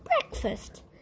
breakfast